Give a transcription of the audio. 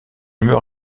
meurt